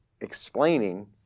explaining